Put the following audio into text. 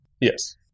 Yes